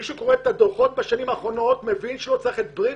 מי שקורא את הדוחות בשנים האחרונות מבין שלא צריך את בריק